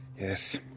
Yes